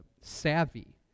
savvy